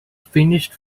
finished